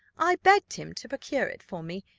i begged him to procure it for me.